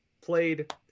played